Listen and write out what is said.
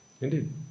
Indeed